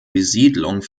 besiedlung